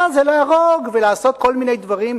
זה להרוג ולעשות כל מיני דברים מלוכלכים.